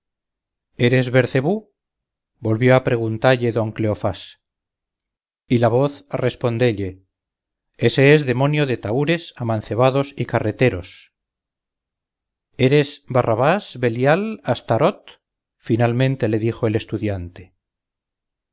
eres bercebú volvió a preguntalle don cleofás y la voz a respondelle ése es demonio de tahures amancebados y carreteros eres barrabás belial astarot finalmente le dijo el estudiante